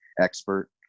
expert